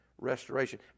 restoration